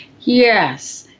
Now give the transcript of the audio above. Yes